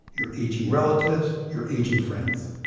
your aging relatives your aging friends.